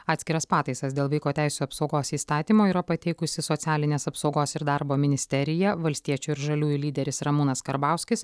atskiras pataisas dėl vaiko teisių apsaugos įstatymo yra pateikusi socialinės apsaugos ir darbo ministerija valstiečių ir žaliųjų lyderis ramūnas karbauskis